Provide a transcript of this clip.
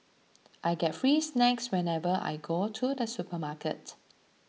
I get free snacks whenever I go to the supermarket